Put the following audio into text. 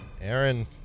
Aaron